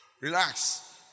Relax